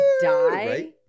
die